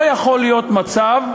לא יכול להיות מצב,